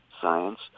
science